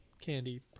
candy